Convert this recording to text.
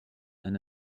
and